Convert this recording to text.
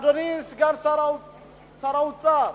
אדוני סגן שר האוצר.